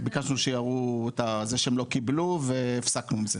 ביקשנו שיראו את זה שהם לא קיבלו והפסקנו עם זה.